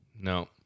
no